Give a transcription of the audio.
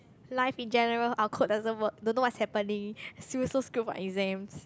life in general our code doesn't work don't know what's happening Sue so screwed for exams